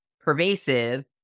pervasive